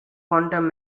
quantum